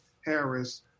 Harris